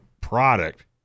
product